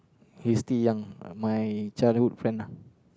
he's still young my childhood friend lah